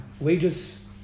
wages